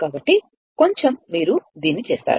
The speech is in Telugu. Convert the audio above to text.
కాబట్టి కొంచెం మీరు దీన్ని చేస్తారు